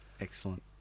Excellent